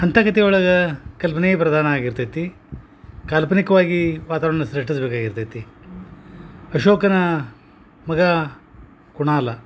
ಅಂಥ ಕತೆ ಒಳಗೆ ಕಲ್ಪನೇ ಬರ್ದಾನ ಆಗಿರ್ತೈತಿ ಕಾಲ್ಪನಿಕ್ವಾಗಿ ವಾತಾವರ್ಣ ಸೃಷ್ಟಿಸ್ಬೇಕಾಗ ಇರ್ತೈತಿ ಅಶೋಕನ ಮಗ ಕುಣಾಲ